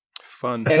Fun